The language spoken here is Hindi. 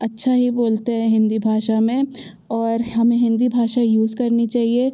अच्छा ही बोलते हैं हिंदी भाषा में और हमें हिंदी भाषा यूज़ करनी चाहिए